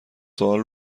سوال